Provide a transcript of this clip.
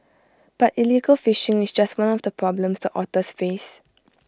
but illegal fishing is just one of the problems the otters face